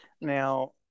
now